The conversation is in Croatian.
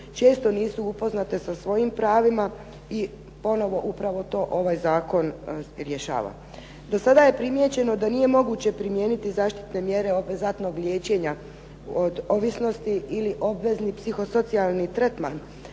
često nisu upoznate sa svojim pravima i ponovo upravo to ovaj zakon rješava. Za sada je primijećeno da nije moguće primijeniti zaštitne mjere obvezatnog liječenja od ovisnosti ili obvezni psiho-socijalni tretman